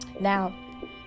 Now